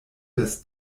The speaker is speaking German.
des